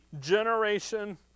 generation